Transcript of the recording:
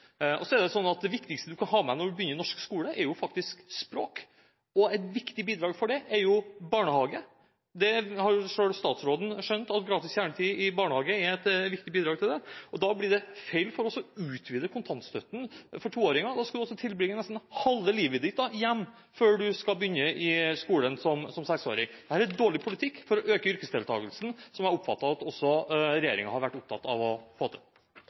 Så er det sånn at det viktigste du kan ha med deg når du begynner i norsk skole, faktisk er språk. Et viktig bidrag til det, er barnehage. Selv statsråden har skjønt at gratis kjernetid i barnehage er et viktig bidrag til det. Da blir det feil for oss å utvide kontantstøtten for toåringer. Da skal en altså tilbringe nesten halve livet sitt hjemme før en skal begynne på skolen som seksåring. Dette er dårlig politikk for å øke yrkesdeltakelsen – som jeg har oppfattet at også regjeringen har vært opptatt av å få til.